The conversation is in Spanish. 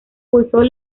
pulsos